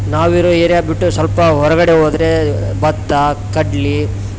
ನಾವಿರೋ ಏರ್ಯಾ ಬಿಟ್ಟು ಸ್ವಲ್ಪ ಹೊರಗಡೆ ಹೋದ್ರೇ ಭತ್ತ ಕಡ್ಲೆ